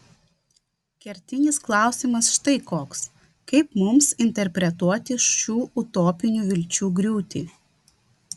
kertinis klausimas štai koks kaip mums interpretuoti šių utopinių vilčių griūtį